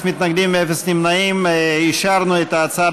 ההצעה